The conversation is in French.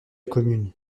commune